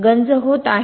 गंज होत आहे